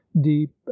deep